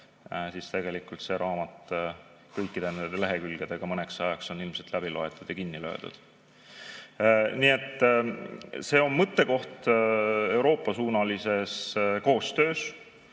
edasi. Tegelikult see raamat kõikide nende lehekülgedega mõneks ajaks on ilmselt läbi loetud ja kinni löödud. Nii et see on mõttekoht Euroopa-suunalises koostöös.